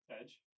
Edge